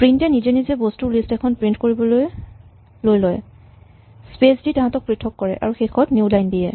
print এ নিজে নিজে বস্তুৰ লিষ্ট এখন প্ৰিন্ট কৰিবলৈ লৈ লয় স্পেচ দি তাহাঁতক পৃথক কৰে আৰু শেষত নিউ লাইন দিয়ে